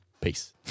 Peace